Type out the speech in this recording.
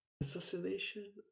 assassination